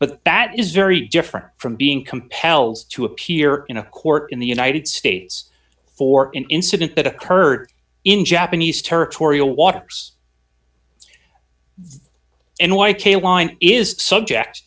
but that is very different from being compelled to appear in a court in the united states for in incident that occurred in japanese territorial waters and whitetail wine is subject